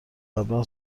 قبلا